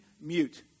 mute